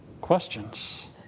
questions